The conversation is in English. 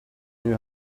knew